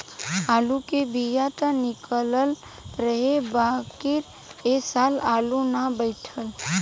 आलू के बिया त निकलल रहे बाकिर ए साल आलू ना बइठल